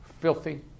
filthy